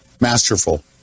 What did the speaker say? masterful